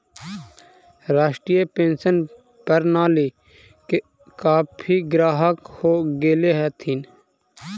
राष्ट्रीय पेंशन प्रणाली के काफी ग्राहक हो गेले हथिन